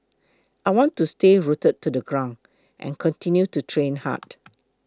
I want to stay rooted to the ground and continue to train hard